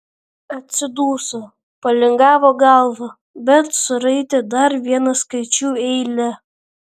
atsiduso palingavo galvą bet suraitė dar vieną skaičių eilę